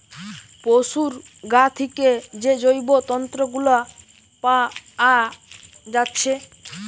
পোশুর গা থিকে যে জৈব তন্তু গুলা পাআ যাচ্ছে